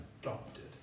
adopted